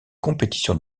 compétitions